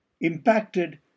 impacted